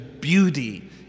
beauty